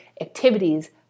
activities